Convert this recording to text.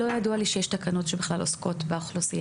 לא ידוע לי שיש תקנות שבכלל עוסקות באוכלוסייה הזו.